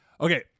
Okay